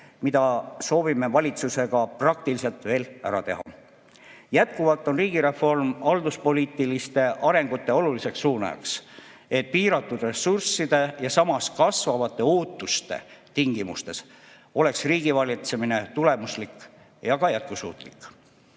mida soovime valitsusega praktiliselt veel ära teha. Jätkuvalt on riigireform halduspoliitilise arengu oluline suunaja, et piiratud ressursside ja samas kasvavate ootuste tingimustes oleks riigivalitsemine tulemuslik ja ka jätkusuutlik.